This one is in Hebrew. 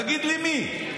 תגיד לי מי.